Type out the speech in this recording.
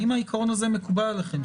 האם העיקרון הזה מקובל עליכם,